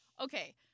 Okay